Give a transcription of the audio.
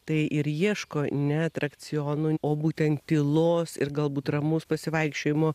tai ir ieško ne atrakcionų o būtent tylos ir galbūt ramaus pasivaikščiojimo